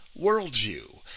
worldview